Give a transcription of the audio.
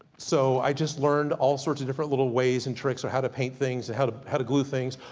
so i just learned all sorts of different little ways, and tricks on how to paint things, how to how to glue things,